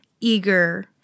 eager